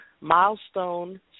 milestone